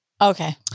Okay